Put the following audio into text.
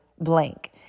blank